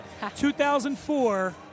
2004